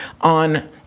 on –